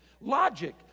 Logic